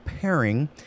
pairing